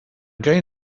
going